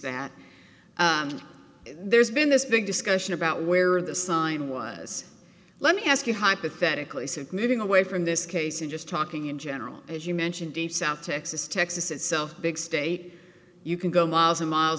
that there's been this big discussion about where the sign was let me ask you hypothetically since moving away from this case i'm just talking in general as you mentioned deep south texas texas itself big state you can go miles and miles